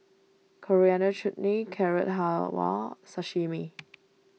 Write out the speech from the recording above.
Coriander Chutney Carrot Halwa Sashimi